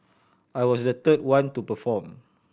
I was the third one to perform